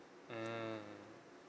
mmhmm